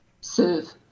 serve